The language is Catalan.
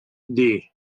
dir